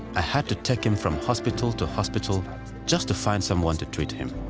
i had to take him from hospital to hospital just to find someone to treat him.